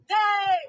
day